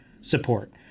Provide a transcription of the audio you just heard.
support